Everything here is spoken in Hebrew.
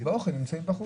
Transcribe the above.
אז באוכל הם נמצאים בחוץ.